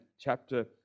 chapter